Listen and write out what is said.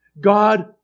God